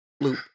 loop